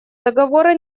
договора